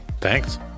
Thanks